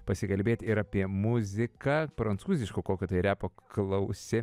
pasikalbėti ir apie muziką prancūziško kokio tai repo klausėm